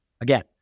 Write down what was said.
Again